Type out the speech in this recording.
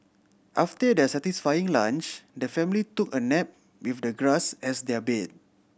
after their satisfying lunch the family took a nap with the grass as their bed